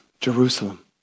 Jerusalem